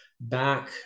back